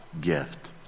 gift